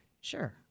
sure